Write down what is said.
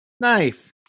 knife